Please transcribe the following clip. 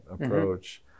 approach